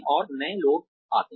और नए लोग आते हैं